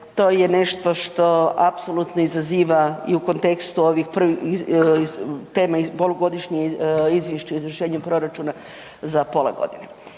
to je nešto što apsolutno izaziva i u kontekstu ovih prvih teme polugodišnji izvješće o izvršenju proračuna za pola godine.